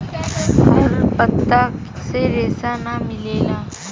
हर पत्ता से रेशा ना मिलेला